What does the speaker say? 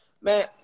man